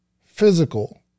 physical